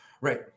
right